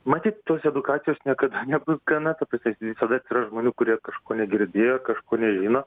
matyt tos edukacijos niekad nebus gana ta prasme visada atsiras žmonių kurie kažko negirdėjo kažko nežino